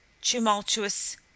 tumultuous